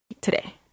today